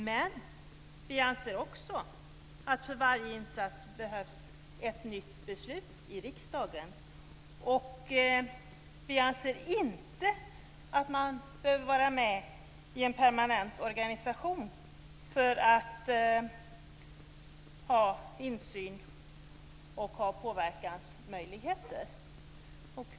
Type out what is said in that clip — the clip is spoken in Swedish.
Men vi anser också att det för varje insats behövs ett nytt beslut i riksdagen. Vi anser inte att man behöver vara med i en permanent organisation för att ha insyn och påverkansmöjligheter.